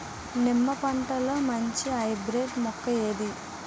నిమ్మ పంటలో మంచి హైబ్రిడ్ మొక్క ఏది?